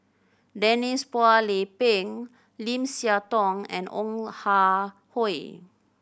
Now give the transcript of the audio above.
Denise Phua Lay Peng Lim Siah Tong and Ong Ah Hoi